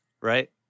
Right